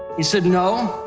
he said, no,